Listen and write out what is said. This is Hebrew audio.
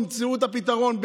תמצאו את הפתרון,